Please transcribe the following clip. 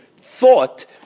thought